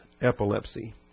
epilepsy